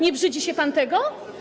Nie brzydzi się pan tego?